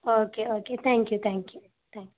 okay okay thank you thank you thank you